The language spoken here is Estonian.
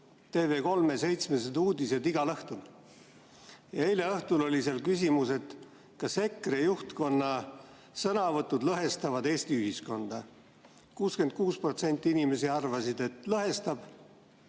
uudised" igal õhtul. Eile õhtul oli seal küsimus, kas EKRE juhtkonna sõnavõtud lõhestavad Eesti ühiskonda. 66% inimesi arvasid, et lõhestavad,